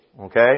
Okay